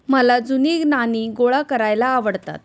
मला जुनी नाणी गोळा करायला आवडतात